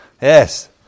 Yes